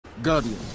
Guardian